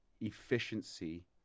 efficiency